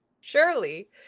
Surely